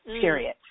period